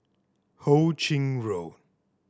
Ho Ching Road